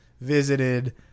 visited